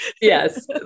Yes